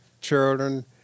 children